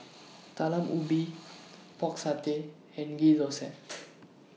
Talam Ubi Pork Satay and Ghee